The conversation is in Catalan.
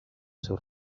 seu